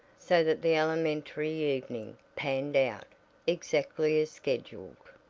so that the elementary evening panned out exactly as scheduled.